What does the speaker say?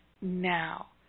now